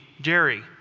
Jerry